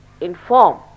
inform